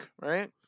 right